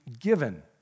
given